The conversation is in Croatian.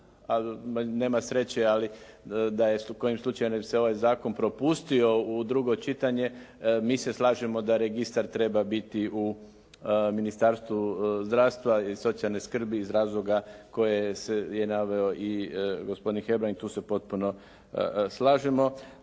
nema sreće ali da su kojim slučajem ne bi se ovaj zakon propustio u drugo čitanje mi se slažemo da registar treba biti u Ministarstvu zdravstva i socijalne skrbi iz razloga koje je naveo i gospodin Hrbrang i tu se potpuno slažemo.